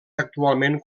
actualment